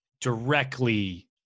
directly